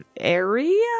area